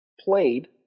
played